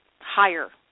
higher